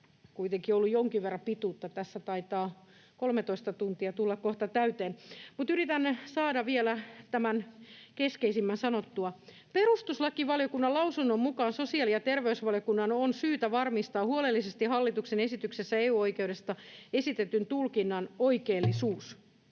kuitenkin ollut jonkin verran pituutta. Tässä taitaa 13 tuntia tulla kohta täyteen, mutta yritän saada vielä tämän keskeisimmän sanottua. — Perustuslakivaliokunnan lausunnon mukaan sosiaali- ja terveysvaliokunnan on syytä varmistaa huolellisesti hallituksen esityksessä EU-oikeudesta esitetyn tulkinnan oikeellisuus.